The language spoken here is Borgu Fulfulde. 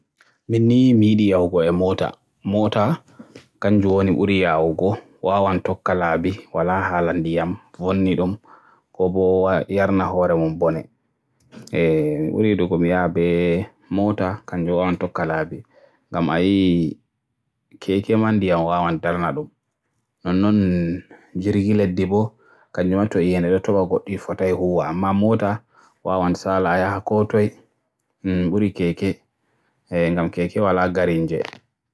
Miɗo yiɗi yahugo e mota. Mota ɗi waɗi no ɓuri ndiyam, ina ɗofta hoore nder ndiyam, e mi yaha nder cakkaare mum. Seppi e leggal, miɗo waawi wañugo yahi e leydi goɗɗe ko ɓuri yahugo e keke walla garinje.